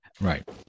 Right